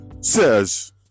Says